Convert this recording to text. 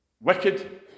wicked